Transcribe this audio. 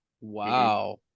Wow